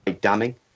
damning